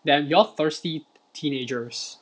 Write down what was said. damn you all thirsty teenagers